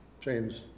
James